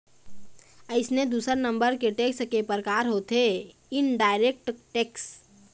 अइसने दूसर नंबर के टेक्स के परकार होथे इनडायरेक्ट टेक्स